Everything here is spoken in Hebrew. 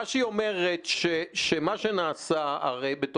לפי דברי עו"ד פלאי,